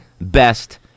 best